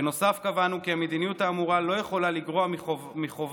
בנוסף קבענו כי המדיניות האמורה לא יכולה לגרוע מהחובה